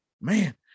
Man